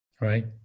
right